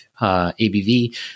ABV